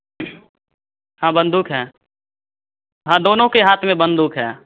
हाँ बंदूक है हाँ दोनों के हाथ में बंदूक है